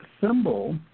symbol